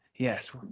Yes